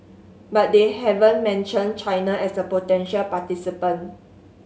but they haven't mentioned China as a potential participant